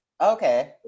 Okay